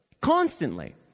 constantly